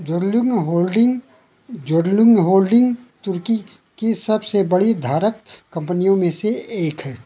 Zorlu Holding Zorlu Holding तुर्की की सबसे बड़ी धारक कंपनियों में से एक है